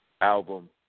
album